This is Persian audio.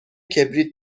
کبریت